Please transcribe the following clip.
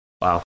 Wow